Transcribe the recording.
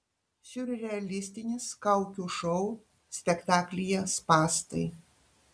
siurrealistinis kaukių šou spektaklyje spąstai